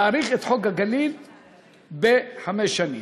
להאריך את חוק הגליל בחמש שנים.